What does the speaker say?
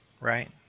right